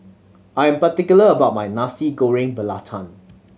I am particular about my Nasi Goreng Belacan